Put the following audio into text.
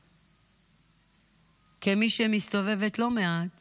וכמי שמסתובבת לא מעט